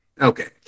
Okay